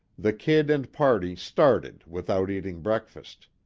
the kid and party started without eating breakfast.